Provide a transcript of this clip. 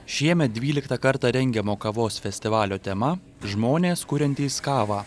šiemet dvyliktą kartą rengiamo kavos festivalio tema žmonės kuriantys kavą